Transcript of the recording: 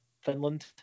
Finland